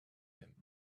him